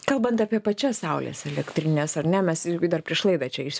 kalbant apie pačias saulės elektrines ar ne mes irgi dar prieš laidą čia iš